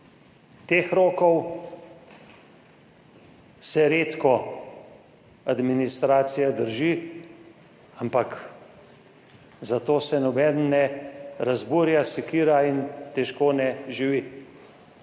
Teh rokov se redko administracija drži, ampak zato se nobeden ne razburja, sekira in težko ne živi.